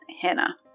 Hannah